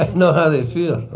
know how they feel.